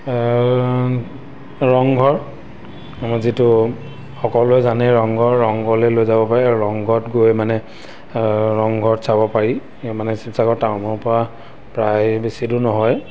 ৰংঘৰ যিটো সকলোৱে জানে ৰংঘৰ ৰংঘৰলৈ লৈ যাব পাৰে আৰু ৰংঘৰত গৈ মানে ৰংঘৰত চাব পাৰি মানে শিৱসাগৰ টাউনৰ পৰা প্ৰায় বেছিটো নহয়